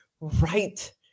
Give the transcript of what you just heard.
right